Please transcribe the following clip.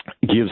gives